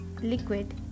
liquid